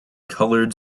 coloured